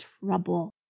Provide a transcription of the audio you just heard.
trouble